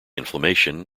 inflammation